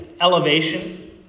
elevation